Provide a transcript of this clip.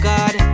God